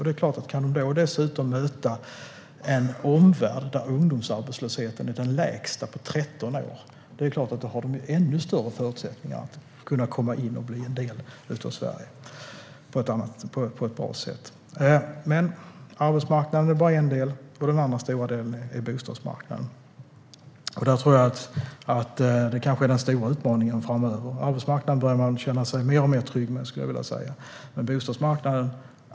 Det är klart att om de dessutom kan möta en omvärld där ungdomsarbetslösheten är den lägsta på 13 år har de ännu större förutsättningar att komma in och bli en del av Sverige på ett bra sätt. Men arbetsmarknaden är bara en del. Den andra stora delen är bostadsmarknaden. Den kanske är den stora utmaningen framöver - arbetsmarknaden börjar man känna sig mer och mer trygg med.